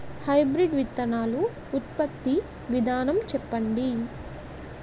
Hybrid విత్తనాలు ఉత్పత్తి విధానం చెప్పండి?